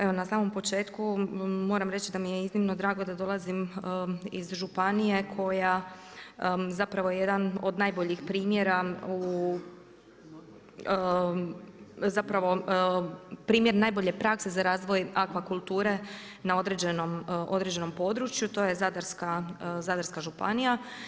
Evo na samom početku moram reći da mi je iznimno drago da dolazim iz županije koja je jedan od najboljih primjera najbolje prakse za razvoj akvakulture na određenom području, to je Zadarska županija.